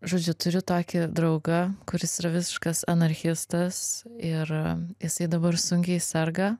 žodžiu turiu tokį draugą kuris yra visiškas anarchistas ir jisai dabar sunkiai serga